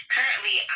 Currently